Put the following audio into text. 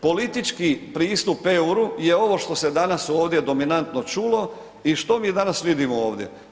Politički pristup euru je ovo što se danas ovdje dominantno čulo i što mi danas vidimo ovdje?